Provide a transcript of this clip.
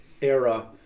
era